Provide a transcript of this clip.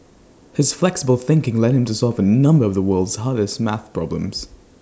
his flexible thinking led him to solve A number of the world's hardest math problems